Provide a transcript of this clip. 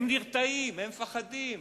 הם נרתעים, הם מפחדים.